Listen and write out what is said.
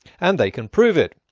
and they can prove it.